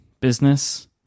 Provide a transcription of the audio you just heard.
Business